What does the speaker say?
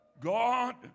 God